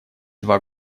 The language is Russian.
два